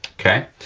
okay?